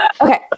Okay